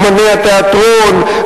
אמני התיאטרון,